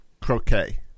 croquet